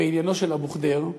בעניינו של אבו ח'דיר,